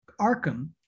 Arkham